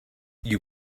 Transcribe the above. you